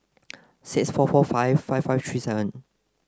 six four four five five five three seven